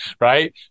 right